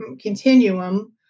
continuum